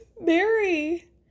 Mary